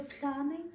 planning